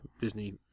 Disney